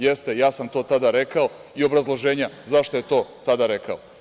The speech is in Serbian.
Jeste, ja sam to tada rekao i obrazloženja tada rekao.